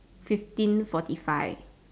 fifteen forty five